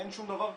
אין שום דבר כזה.